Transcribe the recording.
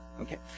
Okay